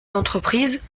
d’entreprises